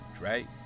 right